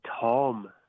Tom